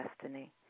destiny